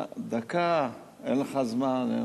דקה, אין לך זמן.